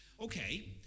Okay